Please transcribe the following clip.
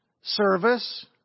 service